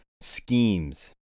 schemes